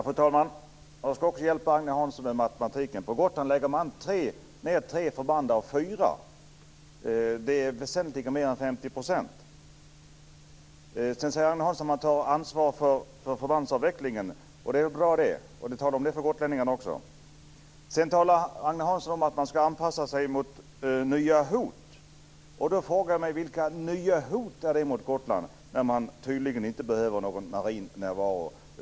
Fru talman! Också jag ska hjälpa Agne Hansson med matematiken. På Gotland lägger man ned tre förband av fyra. Det är väsentligt mer än 50 %. Agne Hansson säger att man tar ansvar för förbandsavvecklingen, och det är bra. Tala om det för gotlänningarna också! Agne Hansson talar vidare om att man ska anpassa sig till nya hot. Jag frågar mig då vilka nya hot som riktas mot Gotland, där man tydligen inte behöver någon marin närvaro.